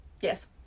Yes